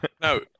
No